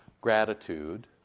gratitude